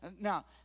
Now